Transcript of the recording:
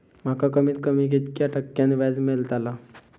माका कमीत कमी कितक्या टक्क्यान व्याज मेलतला?